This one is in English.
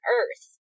earth